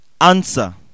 Answer